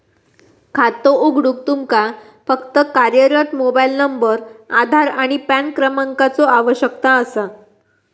खातो उघडूक तुमका फक्त कार्यरत मोबाइल नंबर, आधार आणि पॅन क्रमांकाचो आवश्यकता असा